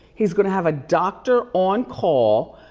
he's gonna have a doctor on call